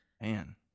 man